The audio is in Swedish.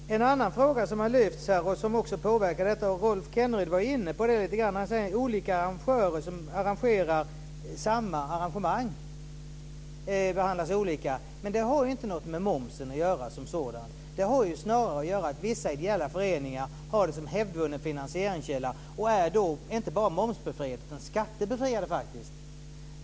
Fru talman! Det finns en annan fråga som har lyfts fram här och som också påverkar detta. Rolf Kenneryd var inne på det lite grann. Olika arrangörer som anordnar samma arrangemang behandlas olika, men det har inte något med momsen som sådan att göra. Det har snarare att göra med att vissa ideella föreningar har det som hävdvunnen finansieringskälla och då inte bara är momsbefriade utan faktiskt också skattebefriade.